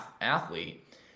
athlete